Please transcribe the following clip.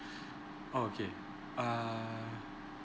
okay err